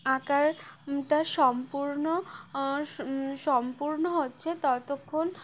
আঁকারটা সম্পূর্ণ সম্পূর্ণ হচ্ছে ততক্ষণ